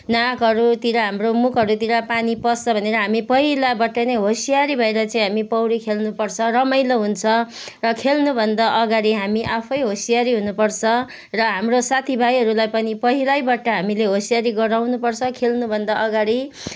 नाकहरूतिर हाम्रो मुखहरूतिर पानी पस्छ भनेर हामी पहिलाबाट नै होसियारी भएर चाहिँ हामी पौडी खेल्नुपर्छ रमाइलो हुन्छ र खेल्नुभन्दा अगाडि हामी आफै होसियारी हुनु पर्छ र हाम्रो साथी भाइहरूलाई पनि पहिलैबाट हामीले हेसियारी गराउनु पर्छ खेल्नुभन्दा अगाडि